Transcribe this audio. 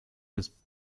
his